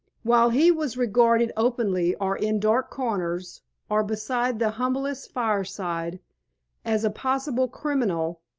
while he was regarded openly or in dark corners or beside the humblest fireside as a possible criminal,